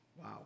wow